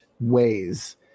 ways